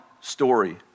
story